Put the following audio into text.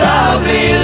Lovely